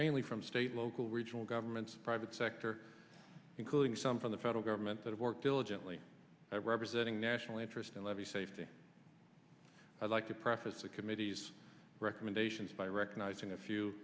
mainly from state local regional governments private sector including some from the federal government that have worked diligently representing national interest in levee safety i'd like to preface the committee's recommendations by recognizing a few